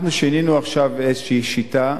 אנחנו שינינו עכשיו איזו שיטה,